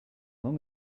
long